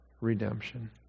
redemption